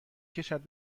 کشد